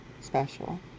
special